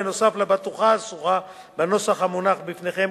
בנוסף לבטוחה האסורה בנוסח המונח בפניכם,